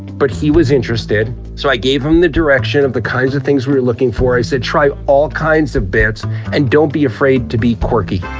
but he was interested. so i gave him the direction of the kinds of things we were looking for. i said, try all kinds of bits and don't be afraid to be quirky.